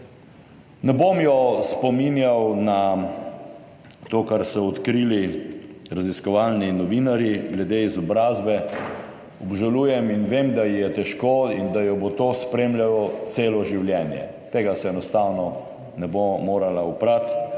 Ne bom jo spominjal na to, kar so odkrili raziskovalni novinarji glede izobrazbe. Obžalujem in vem, da ji je težko, in da jo bo to spremljalo celo življenje. Tega se enostavno ne bo morala oprati,